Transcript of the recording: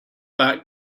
that